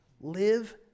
live